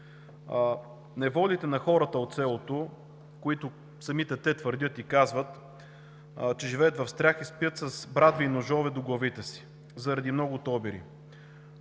Неволите на хората от селото са големи, както самите те твърдят, че живеят в страх и спят с брадви и ножове до главите си заради многото обири.